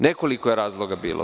Nekoliko je razloga bilo.